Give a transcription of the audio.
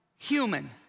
Human